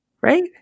Right